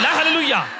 hallelujah